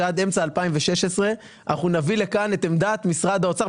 שעד אמצע 2016 אנחנו נביא לכאן את עמדת משרד האוצר.